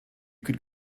could